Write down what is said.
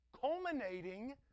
culminating